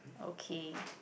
okay